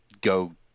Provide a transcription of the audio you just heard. go